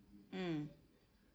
mm